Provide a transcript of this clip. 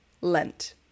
Lent